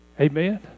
Amen